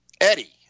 Eddie